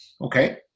Okay